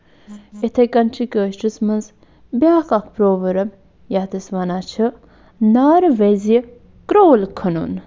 یِتھَے کٔنۍ چھِ کٲشرِس منٛز بیٛاکھ اکھ پروؤرٕب یَتھ أسۍ وَنان چھِ نارٕ وِزِ کرٛوٗل کھنُن